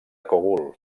cogul